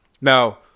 now